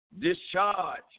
discharge